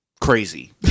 crazy